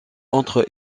entre